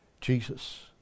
Jesus